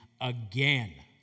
again